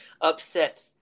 upset